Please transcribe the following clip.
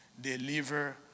Deliver